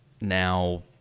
now